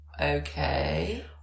Okay